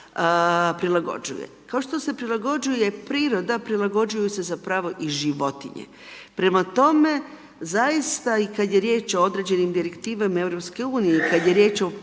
prilagođuje, kao što se prilagođuje priroda, prilagođuju su zapravo i životinje. Prema tome, zaista i kada je riječ o određenim direktivama EU, kada je riječ o